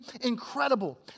incredible